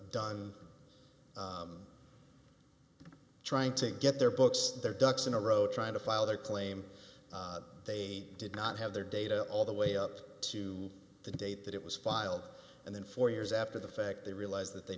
done trying to get their books their ducks in a row trying to file their claim they did not have their data all the way up to the date that it was filed and then four years after the fact they realized that they